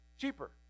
cheaper